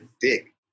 dick